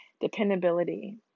dependability